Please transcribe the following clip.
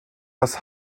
das